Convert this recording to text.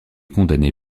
condamné